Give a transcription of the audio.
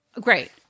great